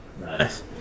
Nice